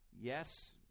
yes